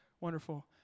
Wonderful